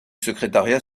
secrétariat